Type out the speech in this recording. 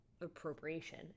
appropriation